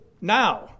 now